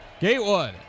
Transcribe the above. Gatewood